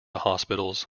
hospitals